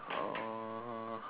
uh